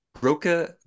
Broca